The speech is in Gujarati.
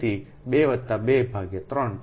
તેથી 2 23 તેથી તે 1